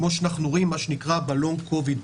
כמו שאנחנו רואים בלונג קוביד.